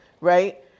right